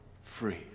free